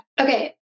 Okay